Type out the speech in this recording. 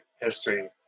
history